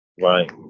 Right